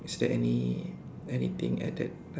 is there any anything at that not~